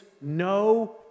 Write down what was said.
no